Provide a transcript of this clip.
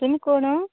तुमी कोण